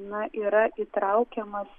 na yra įtraukiamas